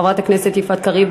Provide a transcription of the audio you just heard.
חברת הכנסת יפעת קריב,